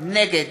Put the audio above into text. נגד